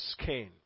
skin